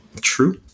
True